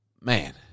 man